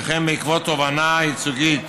וכן בעקבות תובענה ייצוגית